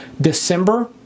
December